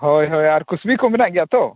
ᱦᱳᱭ ᱦᱳᱭ ᱟᱨ ᱠᱩᱥᱵᱤ ᱠᱚ ᱢᱮᱱᱟᱜ ᱜᱮᱭᱟ ᱛᱚ